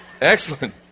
Excellent